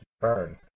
burn